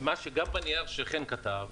גם בנייר שחן כתב,